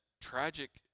tragic